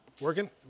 Working